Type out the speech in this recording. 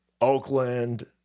Oakland